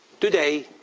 today,